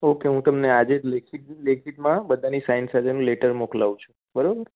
okay હું તમને આજે જ લેખિતમાં બધાની સાઇન સાથેનો લેટર મોકલાવું છું બરોબરને